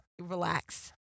relax